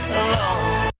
alone